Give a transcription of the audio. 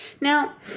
Now